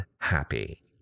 happy